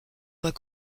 pas